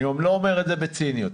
אני לא אומר את זה בציניות,